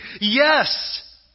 yes